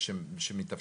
שמתאפשר.